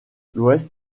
l’ouest